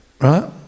right